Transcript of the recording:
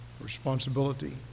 responsibility